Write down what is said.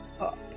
up